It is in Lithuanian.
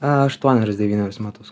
aštuonerius devynerius metus